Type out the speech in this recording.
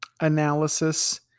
analysis